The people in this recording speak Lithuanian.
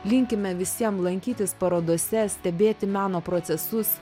linkime visiem lankytis parodose stebėti meno procesus